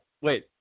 Wait